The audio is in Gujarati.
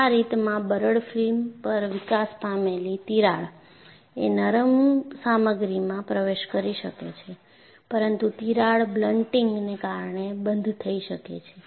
આ રીતમાં બરડ ફિલ્મ પર વિકાસ પામેલી તિરાડ એ નરમ સામગ્રીમાં પ્રવેશ કરી શકે છે પરંતુ તિરાડ બ્લન્ટિંગને કારણે બંધ થઈ શકે છે